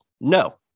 No